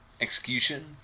execution